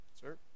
sir